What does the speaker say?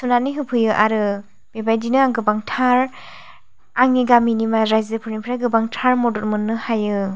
सुनानै होफैयो आरो बे बायदिनो आं गोबांथार आंनि गामिनि रायजोफोरनिफ्राय गोबांथार मदद मोननो हायो